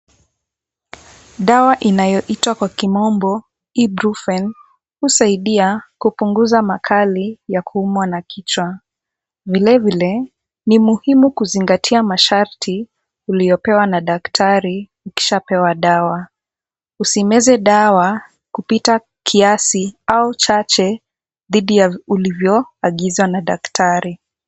Dawa inayoitwa kwa kimombo, Ibrufen husaidia kupunguza makali ya kuumwa na kichwa. Vilevile, ni muhimu kuzingatia masharti, uliyopewa na daktari ukishapewa dawa. Usimeze dawa kupita kiasi au chache, dhidi ya ulivyoagizwa na daktari.